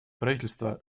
правительства